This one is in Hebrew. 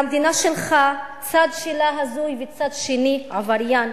והמדינה שלך, צד שלה הזוי וצד שני עבריין.